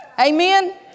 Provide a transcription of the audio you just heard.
Amen